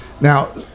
Now